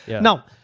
Now